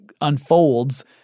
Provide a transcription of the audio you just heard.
unfolds